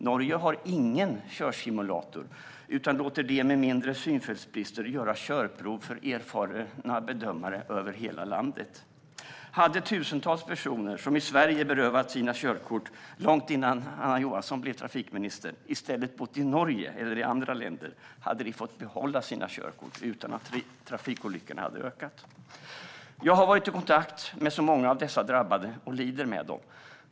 Norge har ingen körsimulator utan låter dem med mindre synfältsbrister göra körprov för erfarna bedömare över hela landet. Om tusentals personer som i Sverige berövats sina körkort långt innan Anna Johansson blev trafikminister i stället hade bott i Norge eller i andra länder hade de fått behålla sina körkort utan att trafikolyckorna hade ökat. Jag har varit i kontakt med så många av dessa drabbade och lider med dem.